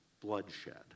bloodshed